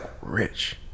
rich